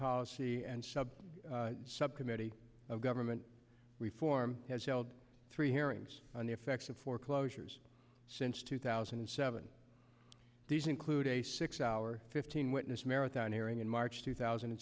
policy and sub subcommittee of government reform has held three hearings on the effects of foreclosures since two thousand and seven these include a six hour fifteen witness marathon hearing in march two thousand and